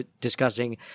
discussing